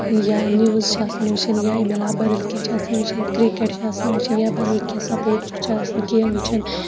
یا نِوٕز چھِ آسان وٕچھان یا امہِ علاوٕ بَدل کیٚنٛہہ چھِ وٕچھان آسان کِرکٹ چھِ آسان وٕچھان یا بَدل کیٚنٛہہ سَپوٹسُک چھِ آسان کیٚنٛہہ وٕچھان